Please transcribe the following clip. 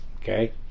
okay